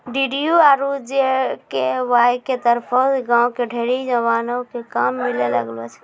DDU आरु GKY के तरफो से गांव के ढेरी जवानो क काम मिलै लागलो छै